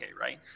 right